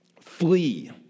flee